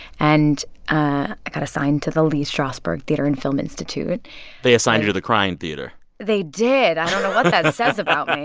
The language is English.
and ah i got assigned to the lee strasberg theatre and film institute they assigned you to the crying theater they did i don't know what that says about me.